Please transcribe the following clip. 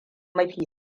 mafi